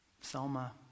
Selma